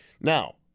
Now